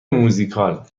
موزیکال